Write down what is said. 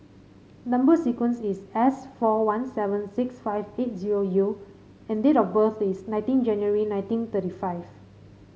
number sequence is S four one seven six five eight zero U and date of birth is nineteen January nineteen thirty five